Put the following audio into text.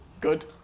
Good